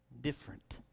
different